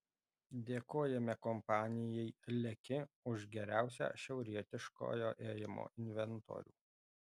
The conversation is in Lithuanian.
dėkojame kompanijai leki už geriausią šiaurietiškojo ėjimo inventorių